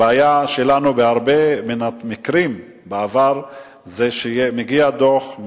הבעיה שלנו בהרבה מהמקרים בעבר זה שמגיע דוח,